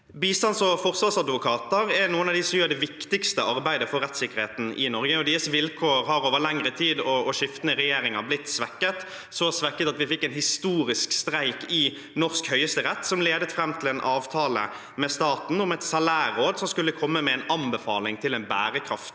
Bistands- og forsvarsadvokater er noen av dem som gjør det viktigste arbeidet for rettssikkerheten i Norge, og deres vilkår har over lengre tid og gjennom skiftende regjeringer blitt svekket – så svekket at vi fikk en historisk streik i norsk høyesterett, som ledet fram til en avtale med staten om et salærråd som skulle komme med en anbefaling til en bærekraftig